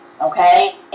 okay